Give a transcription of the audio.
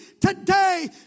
today